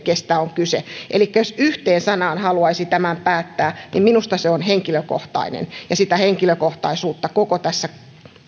kenestä on kyse elikkä jos yhteen sanaan haluaisi tämän päättää niin minusta se on henkilökohtainen ja sitä henkilökohtaisuutta koko tässä